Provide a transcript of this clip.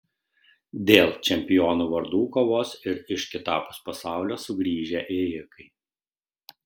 dėl čempionų vardų kovos ir iš kitapus pasaulio sugrįžę ėjikai